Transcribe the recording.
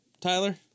Tyler